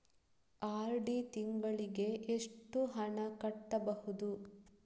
RD ತಿಂಗಳಿಗೆ ಎಷ್ಟು ಹಣ ಕಟ್ಟಬಹುದು?